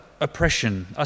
oppression